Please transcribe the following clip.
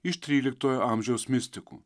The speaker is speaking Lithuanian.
iš tryliktojo amžiaus mistikų